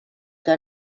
que